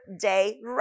day